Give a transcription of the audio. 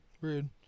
Rude